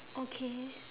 okay